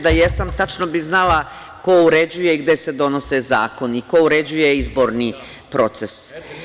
Da jesam, tačno bih znala ko uređuje i gde se donose zakoni i ko uređuje izborni proces.